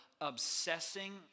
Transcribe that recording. obsessing